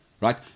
right